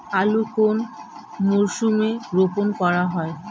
আলু কোন মরশুমে রোপণ করা হয়?